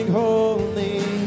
holy